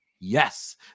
yes